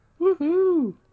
Woohoo